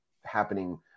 happening